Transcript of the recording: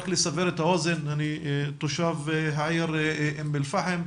רק לסבר את האוזן, אני תושב העיר אום אל פאחם,